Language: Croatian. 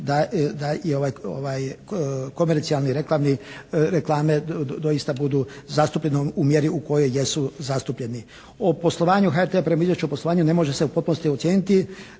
ovaj komercijalni, reklamni, reklame doista budu zastupljene u mjeri u kojoj jesu zastupljeni? O poslovanju HRT-a prema Izvješću o poslovanju ne može se u potpunosti ocijeniti